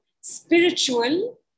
spiritual